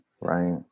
Right